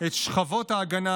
את שכבות ההגנה